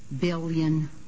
billion